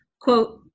quote